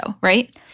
right